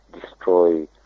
destroy